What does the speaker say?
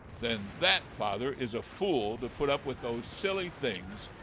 then that father is a fool to put up with those silly things,